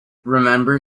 remember